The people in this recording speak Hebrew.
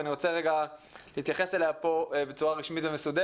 ואני רוצה רגע להתייחס אליה פה בצורה רשמית ומסודרת.